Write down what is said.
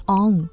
on